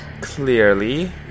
Clearly